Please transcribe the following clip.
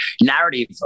narrative